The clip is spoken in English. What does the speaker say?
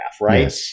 right